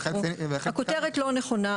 הכותרת לא נכונה.